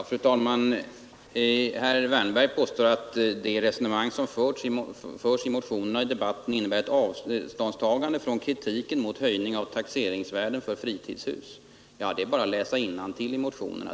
Fru talman! Herr Wärnberg påstår att det resonemang som förs i motionerna och i debatten innebär ett avståndstagande från kritiken mot höjning av taxeringsvärdet för fritidshus. Det är bara att läsa innantill i motionerna.